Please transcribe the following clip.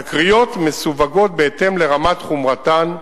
תקריות מסווגות, בהתאם לרמת חומרתן,